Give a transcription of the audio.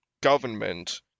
government